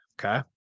Okay